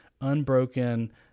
unbroken